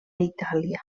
itàlia